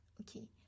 okay